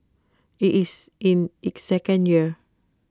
IT is in its second year